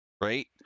right